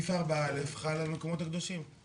וסעיף 4(א) חל על המקומות הקדושים.